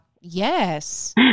Yes